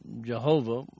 Jehovah